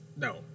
No